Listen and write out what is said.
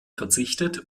verzichtet